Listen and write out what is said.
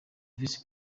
visi